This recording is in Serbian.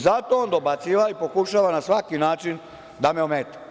Zato on dobaciva i pokušava na svaki način da me ometa.